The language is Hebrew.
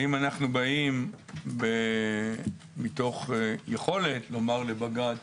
האם אנחנו באים מתוך יכולת לומר לבג"ץ: